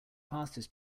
passes